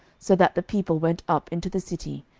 so that the people went up into the city,